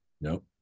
Nope